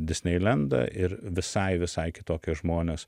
disneilendą ir visai visai kitokie žmonės